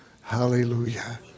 Hallelujah